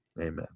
Amen